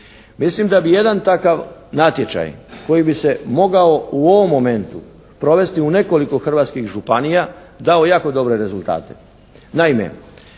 Mislim da bi jedan takav natječaj koji bi se mogao u ovom momentu provesti u nekoliko hrvatskih županija, dao jako dobre rezultate.